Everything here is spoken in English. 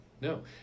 no